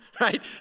right